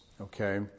Okay